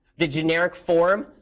the generic form,